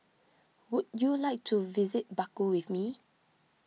would you like to visit Baku with me